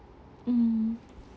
mm